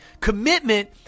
Commitment